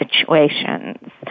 situations